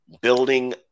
building